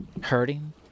hurting